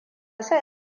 sai